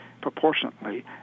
proportionately